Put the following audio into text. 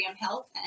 Health